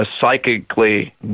psychically